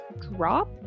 drop